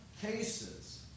cases